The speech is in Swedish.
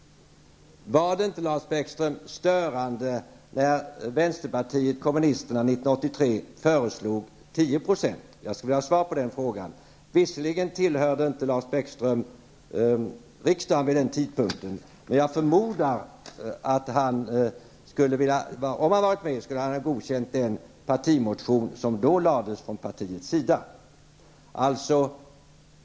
Var det inte störande, Lars Bäckström, när vänsterpartiet kommunisterna år 1983 föreslog 10 %? Jag skulle vilja ha svar på den frågan. Lars Bäckström tillhörde visserligen inte riksdagen vid den tidpunkten, men jag förmodar att om han hade varit med skulle han ha godkänt den partimotion som då lades fram.